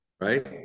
right